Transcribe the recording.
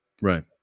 Right